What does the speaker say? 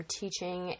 teaching